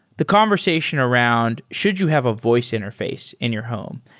the conversation around should you have a voice interface in your home?